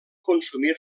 consumir